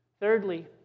Thirdly